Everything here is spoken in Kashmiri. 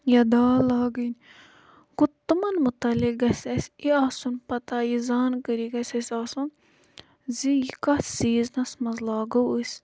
یا دال لاگٕنۍ گوٚو تمَن مُتعلِق گَژھِ اَسہِ یہِ آسُن پَتہٕ یہِ زانکٲری گَژھِ اَسہِ آسُن زِ یہِ کتھ سیٖزنَس مَنٛز لاگو أسۍ